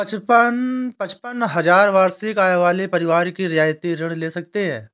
पचपन हजार वार्षिक आय वाले परिवार ही रियायती ऋण ले सकते हैं